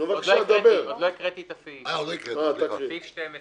הצבעה בעד, פה אחד נגד, אין סעיף 12